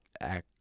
act